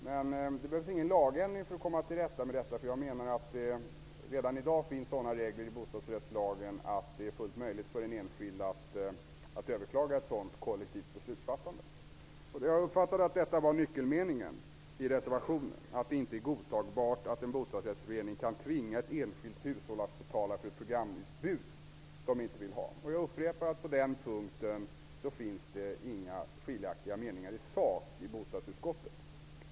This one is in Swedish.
Men det behövs ingen lagändring för att komma till rätta med detta, därför att det redan i dag finns sådana regler i bostadsrättslagen som gör det fullt möjligt för den enskilde att överklaga ett sådant kollektivt beslutsfattande. Jag har uppfattat att nyckelmeningen i reservationen är att det inte är godtagbart att en bostadsrättsförening kan tvinga ett enskilt hushåll att betala för ett programutbud som det inte vill ha. Jag upprepar att det i bostadsutskottet inte finns några skiljaktiga meningar i sak på den punkten.